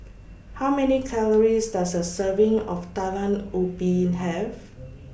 How Many Calories Does A Serving of Talam Ubi Have